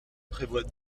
prévoit